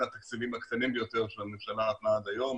התקציבים הקטנים ביותר שהממשלה נתנה עד היום,